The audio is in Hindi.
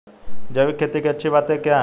जैविक खेती की अच्छी बातें क्या हैं?